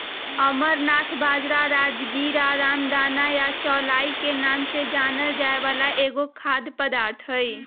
amaranth बाजरा, राजगीरा, रामदाना या चौलाई के नाम से जानल जाय वाला एक खाद्य पदार्थ हई